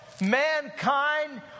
mankind